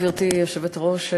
גברתי היושבת-ראש,